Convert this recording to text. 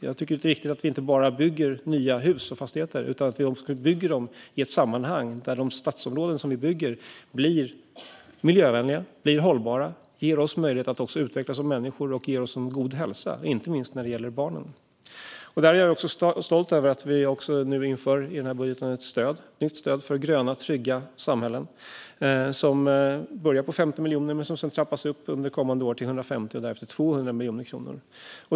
Jag tycker att det är viktigt att vi inte bara bygger nya hus och fastigheter utan att vi också bygger dem i ett sammanhang där de stadsområden som vi bygger blir miljövänliga och hållbara och ger oss möjlighet att utvecklas som människor och en god hälsa, inte minst barnen. Där är jag också stolt över att vi i denna budget inför ett nytt stöd för gröna, trygga samhällen som börjar på 50 miljoner och sedan trappas upp under kommande år till först 150 och därefter 200 miljoner kronor.